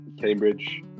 Cambridge